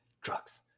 Drugs